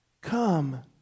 Come